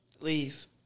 Leave